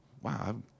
wow